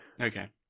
okay